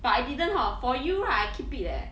but I didn't hor for you right I keep it eh